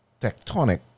tectonic